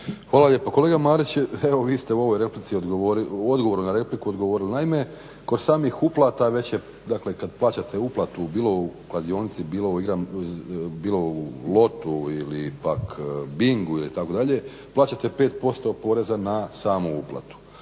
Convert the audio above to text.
Hvala lijepo. Kolega Marić evo vi ste u ovom odgovoru na repliku odgovorili. Naime, kod samih uplata već je dakle kada plaćate uplatu bilo u kladionici, bilo u lotu ili pak bingu itd. plaćate 5% poreza na samu uplatu.